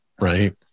Right